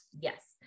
Yes